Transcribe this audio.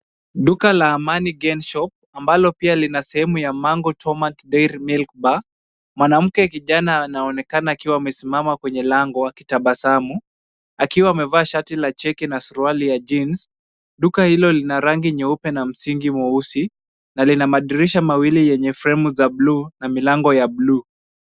Duka la Amani Gen Shop ambalo pia lina sehemu ya Mangu Tomato Dairy Milk Bar, mwanamke kijana anaonekana akiwa amesimama kwenye lango akitabasamu, akiwa amevaa shati la checked na suruali ya jeans. Duka hilo lina rangi nyeupe na msingi mweusi na lina madirisha mawili yenye fremu za bluuu na milango ya buluu.